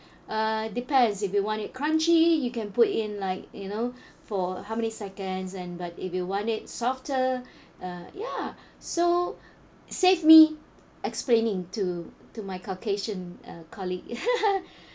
uh depends if you want it crunchy you can put in like you know for how many seconds and but if you want it softer uh ya so save me explaining to to my caucasian uh colleague